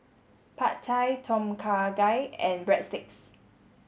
Pad Thai Tom Kha Gai and Breadsticks